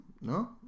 No